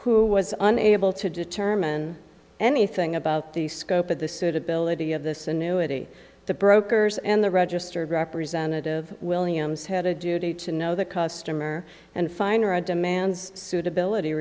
who was unable to determine anything about the scope of the suitability of this annuity the brokers and the registered representative williams had a duty to know the customer and finer of demands suitability